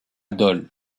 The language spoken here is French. dole